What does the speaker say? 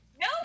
no